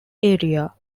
area